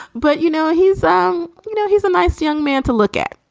but, you know, he's um you know, he's a nice young man to look at.